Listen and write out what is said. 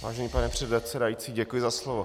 Vážený pane předsedající, děkuji za slovo.